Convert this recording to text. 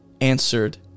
answered